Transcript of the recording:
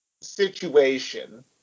situation